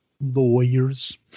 Lawyers